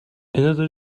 another